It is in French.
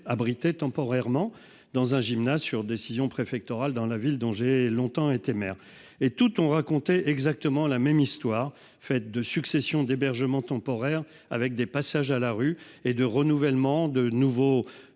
abriter temporairement dans un gymnase sur décision préfectorale. Dans la ville d'Angers longtemps été maire et toutes ont raconté exactement la même histoire faite de succession d'hébergement temporaire, avec des passages à la rue et de renouvellement de nouveau